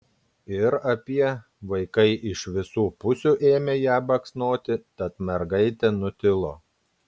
ir apie vaikai iš visų pusių ėmė ją baksnoti tad mergaitė nutilo